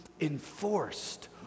enforced